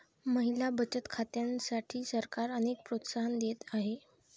महिला बचत खात्यांसाठी सरकार अनेक प्रोत्साहन देत आहे